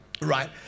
right